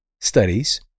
studies